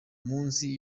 munsi